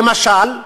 למשל,